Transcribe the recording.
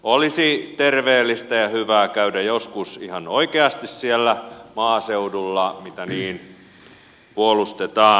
olisi terveellistä ja hyvä käydä joskus ihan oikeasti siellä maaseudulla mitä niin puolustetaan